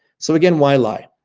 so again why lie?